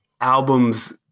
albums